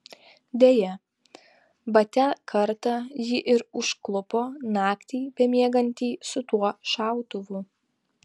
deja batia kartą jį ir užklupo naktį bemiegantį su tuo šautuvu